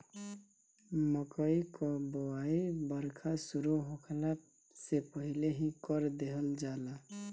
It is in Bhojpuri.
मकई कअ बोआई बरखा शुरू होखला से पहिले ही कर देहल जाला